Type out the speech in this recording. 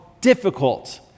difficult